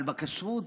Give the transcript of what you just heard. אבל בכשרות,